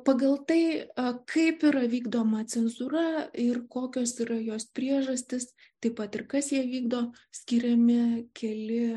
pagal tai kaip yra vykdoma cenzūra ir kokios yra jos priežastys taip pat ir kas ją vykdo skiriami keli